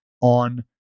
on